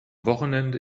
wochenende